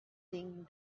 thing